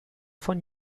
von